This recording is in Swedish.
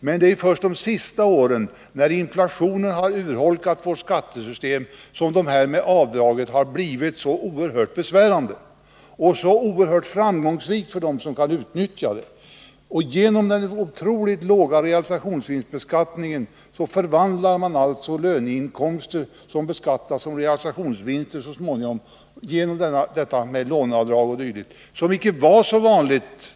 Men det är först under de senaste åren, då inflationen urholkat vårt skattesystem, som dessa avdrag har blivit så oerhört besvärande. De har också blivit framgångsrika för dem som kan utnyttja dem. Genom den otroligt låga realisationsvinstbeskattning som vi har förvandlar man genom låneavdrag o.d. löneinkomster så att de så småningom blir beskattade som realisationsvinster, något som tidigare inte var så vanligt.